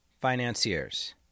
financiers